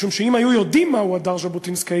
משום שאם היו יודעים מהו הדר ז'בוטינסקאי,